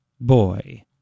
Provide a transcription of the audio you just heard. boy